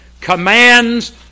commands